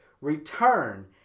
return